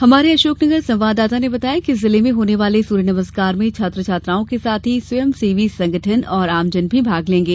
हमारे अशोकनगर संवाददाता ने बताया है कि जिले में होने वाले सूर्य नमस्कार में छात्र छात्राओं के साथ ही स्वयंसेवी संगठन और आमजन भी भाग लेंगे